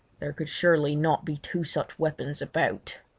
there could surely not be two such weapons about!